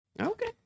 Okay